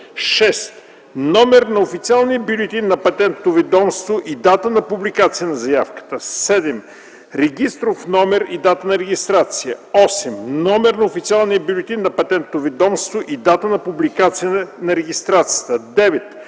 6. номер на официалния бюлетин на Патентното ведомство и дата на публикация на заявката; 7. регистров номер и дата на регистрация; 8. номер на официалния бюлетин на Патентното ведомство и дата на публикация на регистрацията; 9.